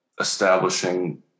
establishing